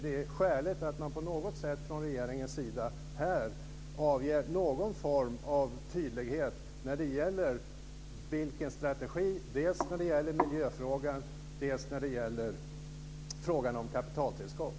Det är skäligt att man från regeringens sida här visar någon form av tydlighet när det gäller strategin dels i fråga om miljön, dels i fråga om kapitaltillskott.